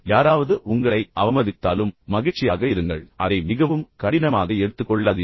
யாராவது உங்களை அவமதித்தாலும் மகிழ்ச்சியாக இருங்கள் அதை மிகவும் கடினமாக எடுத்துக் கொள்ளாதீர்கள்